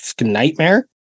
nightmare